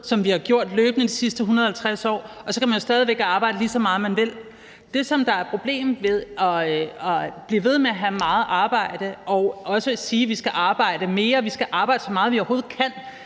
som vi har gjort det løbende de sidste 150 år, og så kan man stadig væk arbejde, lige så meget man vil. Det, som er et problem ved at blive ved med at have meget arbejde, og at man også siger, at vi skal arbejde mere, at vi skal arbejde, så meget vi overhovedet kan,